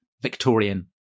Victorian